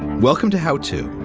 welcome to how to.